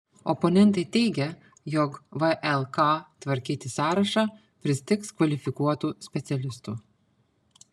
oponentai teigia jog vlk tvarkyti sąrašą pristigs kvalifikuotų specialistų